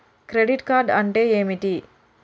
Credit card అంటే ఏమిటి?